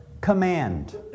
command